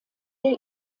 der